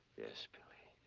yes, billy.